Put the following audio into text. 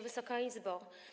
Wysoka Izbo!